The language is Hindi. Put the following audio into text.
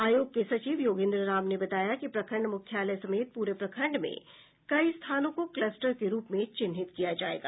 आयोग के सचिव योगेन्द्र राम ने बताया कि प्रखंड मुख्यालय समेत पूरे प्रखंड में कई स्थानों को कलस्टर के रूप में चिन्हित किया जायेगा